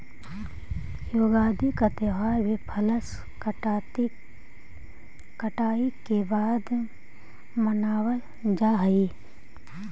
युगादि के त्यौहार भी फसल कटाई के बाद मनावल जा हइ